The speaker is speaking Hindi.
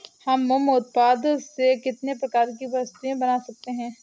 हम मोम उत्पाद से कितने प्रकार की वस्तुएं बना सकते हैं?